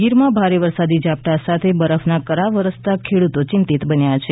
ગીરમાં ભારે વરસાદી ઝાપટા સાથે બરફના કરા વરસતા ખેડૂતો ચિંતિંત બન્યા છે